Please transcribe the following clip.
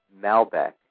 Malbec